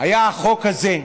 היה החוק הזה,